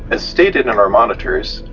as stated in and our monitors,